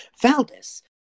Valdis